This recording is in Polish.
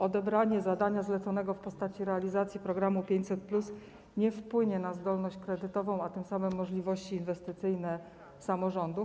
Odebranie zadania zleconego w postaci realizacji programu 500+ nie wpłynie na zdolność kredytową, a tym samym możliwości inwestycyjne samorządów.